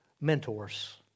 mentors